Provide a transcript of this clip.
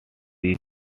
was